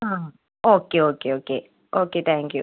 ആ okay okay okay okay thank you